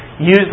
use